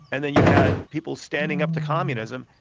and then you had people standing up to communism,